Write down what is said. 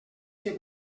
que